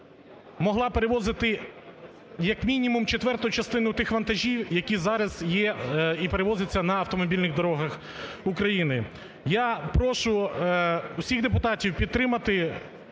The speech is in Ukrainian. могла перевозити як мінімум четверту частину тих вантажів які зараз є і перевозяться на автомобільних дорогах України. Я прошу усіх депутатів підтримати